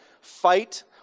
fight